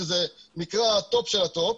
שזה מקרה מהטופ של הטופ,